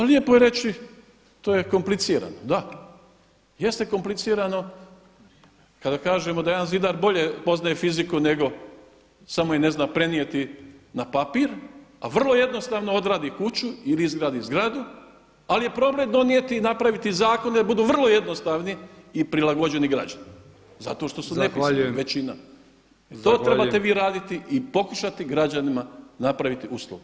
Lijepo je reći to je komplicirano, da, jeste komplicirano kada kažemo da jedan zidar bolje poznaje fiziku nego samo je ne zna prenijeti na papir, a vrlo jednostavno odradi kuću ili izgradi zgradu, ali je problem donijeti i napraviti zakone da budu vrlo jednostavni i prilagođeni građanima, zato što su nepismeni većina [[Upadica Brkić: Zahvaljujem.]] To trebate vi raditi i pokušati građanima napraviti uslugu.